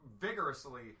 vigorously